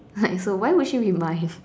like so why would she read mine